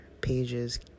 pages